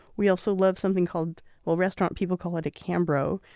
we also love something called well, restaurant people call it a cambro.